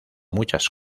muchas